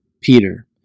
Peter